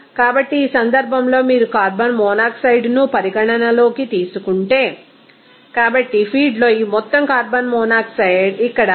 కాబట్టి ఈ సందర్భంలో మీరు కార్బన్ మోనాక్సైడ్ను పరిగణనలోకి తీసుకుంటే కాబట్టి ఫీడ్లో ఈ మొత్తం కార్బన్ మోనాక్సైడ్ ఇక్కడ 1